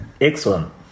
Excellent